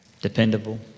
Dependable